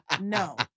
No